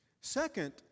Second